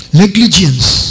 negligence